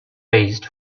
raised